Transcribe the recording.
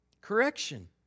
Correction